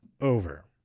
over